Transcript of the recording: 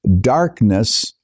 darkness